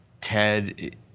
Ted